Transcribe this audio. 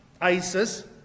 ISIS